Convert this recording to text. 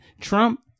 Trump